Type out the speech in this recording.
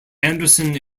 anderson